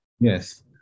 Yes